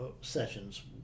sessions